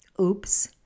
Oops